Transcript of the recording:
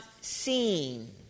seen